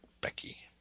Becky